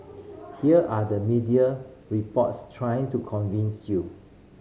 here are the media reports trying to convince you